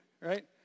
right